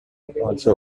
also